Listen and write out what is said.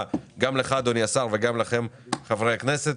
גם לך אדוני השר וגם לכם חברי הכנסת.